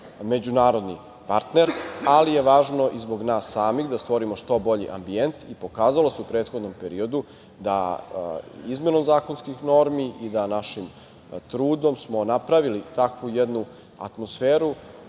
međunarodni partner, ali je važno i zbog nas samih da stvorimo što bolji ambijent i pokazalo se u prethodnom periodu da izmenom zakonskih normi i našim trudom smo napravili takvu jednu atmosferu